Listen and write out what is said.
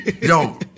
Yo